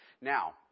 Now